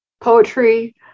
poetry